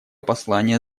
послание